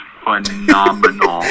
phenomenal